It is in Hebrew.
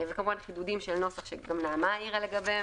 וכמובן חידודים של נוסח שגם נעמה העירה לגביהם,